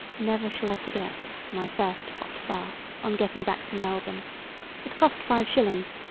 never shall i forget my first hot bath on getting back to melbourne it cost five shillings,